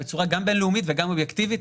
בצורה גם בינלאומית וגם אובייקטיבית.